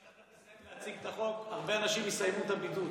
עד שאתה תסיים להציג את החוק הרבה אנשים יסיימו את הבידוד.